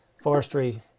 forestry